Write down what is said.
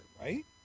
right